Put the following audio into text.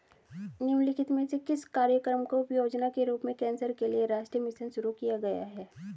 निम्नलिखित में से किस कार्यक्रम को उपयोजना के रूप में कैंसर के लिए राष्ट्रीय मिशन शुरू किया गया है?